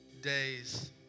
days